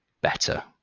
better